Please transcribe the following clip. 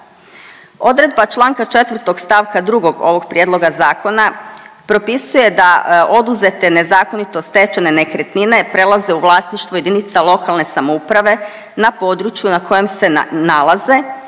Odredba Članka 4. stavka 2. ovog prijedloga zakona propisuje da oduzete nezakonito stečene nekretnine prelaze u vlasništvo jedinica lokalne samouprave na području na kojem se nalaze